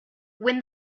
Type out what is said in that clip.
when